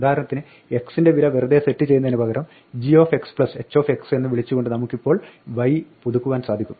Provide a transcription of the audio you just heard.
ഉദാഹരണത്തിന് x ന്റെ വില വെറുതെ സെറ്റ് ചെയ്യുന്നതിന് പകരം g h എന്ന് വിളിച്ചുകൊണ്ട് നമുക്കിപ്പോൾ y പുതുക്കുവാൻ സാധിക്കും